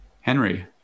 Henry